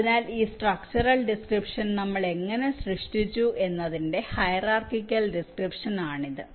അതിനാൽ ഈ structural description നമ്മൾഎങ്ങനെ സൃഷ്ടിച്ചു എന്നതിന്റെ ഹയരാർക്കിക്കൽ ഡിസ്ക്രിപ്ഷൻ ആണിത്